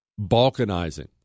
Balkanizing